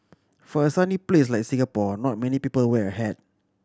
for a sunny place like Singapore not many people wear a hat